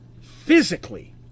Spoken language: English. Physically